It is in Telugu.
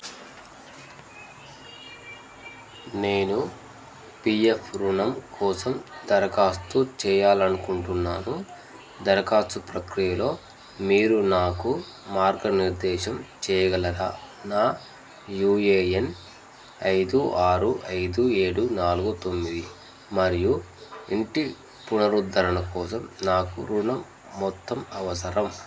నేను పీఎఫ్ రుణం కోసం దరఖాస్తు చేయాలనుకుంటున్నాను దరఖాస్తు ప్రక్రియలో మీరు నాకు మార్గనిర్దేశం చేయగలరా నా యూఏఎన్ ఐదు ఆరు ఐదు ఏడు నాలుగు తొమ్మిది మరియు ఇంటి పునరుద్ధరణ కోసం నాకు రుణం మొత్తం అవసరం